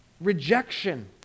rejection